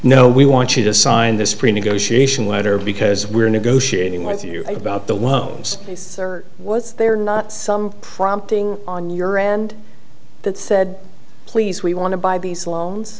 no we want you to sign this pre negotiation letter because we're negotiating with you about the woes or was there not some prompting on your end that said please we want to buy these loans